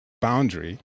boundary